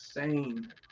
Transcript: insane